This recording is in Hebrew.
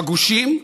בגושים,